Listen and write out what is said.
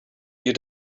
you